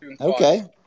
Okay